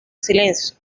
silencio